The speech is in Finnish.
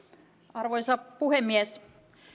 arvoisa puhemies